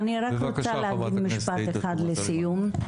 אני רק רוצה להגיד משפט אחד לסיום,